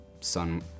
son